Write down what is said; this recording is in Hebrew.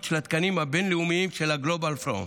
של התקנים הבין-לאומיים של Global Forum.